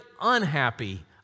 unhappy